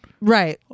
Right